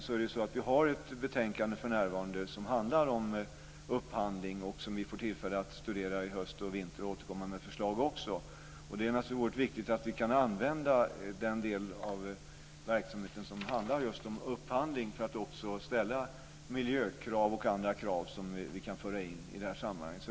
Vi har för närvarande ett betänkande som handlar om upphandling. Det får vi tillfälle att studera i höst och vinter och återkomma med förslag. Det är naturligtvis oerhört viktigt att vi kan använda den del av verksamheten som handlar om upphandling för att ställa miljökrav och andra krav som vi kan föra in i det här sammanhanget.